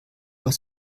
hast